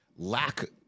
Lack